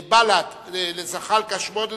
בל"ד: זחאלקה, שמונה דקות,